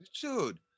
Dude